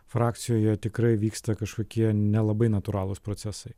frakcijoje tikrai vyksta kažkokie nelabai natūralūs procesai